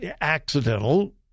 accidental